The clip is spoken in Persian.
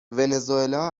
ونزوئلا